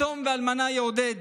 "יתום ואלמנה יעודד".